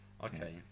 Okay